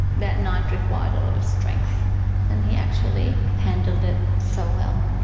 that night required a lot of strength and he actually handled it so well,